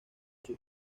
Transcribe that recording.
sus